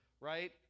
right